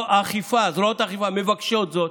זרועות האכיפה מבקשות זאת,